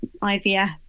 IVF